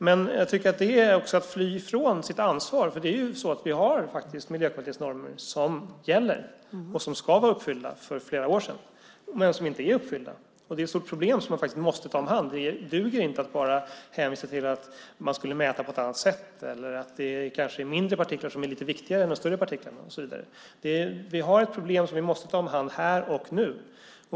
Men jag tycker att det också är att fly från sitt ansvar, för vi har faktiskt miljökvalitetsnormer som gäller och som skulle ha varit uppfyllda för flera år sedan men som inte är uppfyllda. Det är ett stort problem som man faktiskt måste ta om hand. Det duger inte att bara hänvisa till att man skulle mäta på ett annat sätt eller att det kanske är mindre partiklar som är lite viktigare än de större partiklarna och så vidare. Vi har ett problem som vi måste ta hand om här och nu.